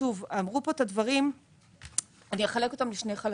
אמרו כאן דברים ואני אחלק את הדברים לשני חלקים.